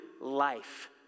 life